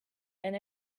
and